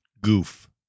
goof